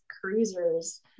cruisers